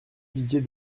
didier